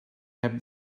heb